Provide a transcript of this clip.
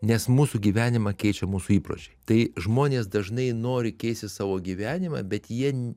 nes mūsų gyvenimą keičia mūsų įpročiai tai žmonės dažnai nori keisti savo gyvenimą bet jie